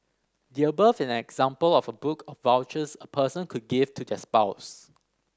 the above is an example of a book of vouchers a person could give to their spouse